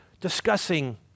discussing